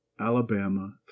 Alabama